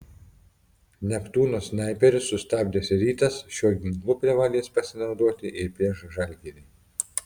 neptūno snaiperius sustabdęs rytas šiuo ginklu privalės pasinaudoti ir prieš žalgirį